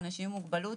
אנשים עם מוגבלות,